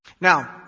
Now